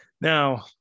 Now